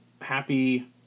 Happy